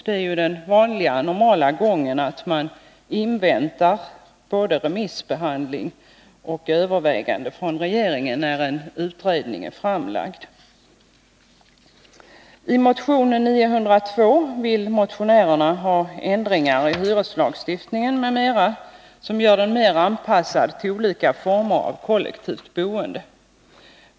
Det är ju den normala gången att man inväntar både remissbehandling och övervägande från regeringen när en utredning är framlagd. I motion 1980/81:902 vill motionärerna ha ändringar i hyreslagstiftningen m.m. som gör den mer anpassad till olika former av kollektivt boende.